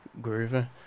Groover